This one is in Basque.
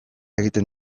egiten